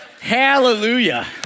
hallelujah